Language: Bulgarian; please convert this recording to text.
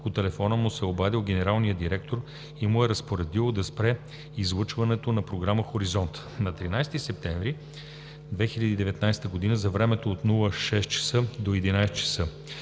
по телефона му се е обадил генералният директор и му е разпоредил да спре излъчването на програма „Хоризонт“ на 13 септември 2019 г. за времето от 06,00 ч. до 11,00 ч.